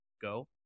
go